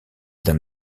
d’un